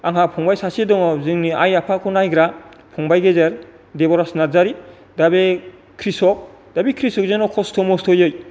आंहा फंबाय सासे दङ जोंनि आइ आफाखौ नायग्रा फंबाय गेजेर देब'राज नारजारि दा बे क्रिशक दा बे क्रिशकजोंनो खस्थ' मस्थ'यै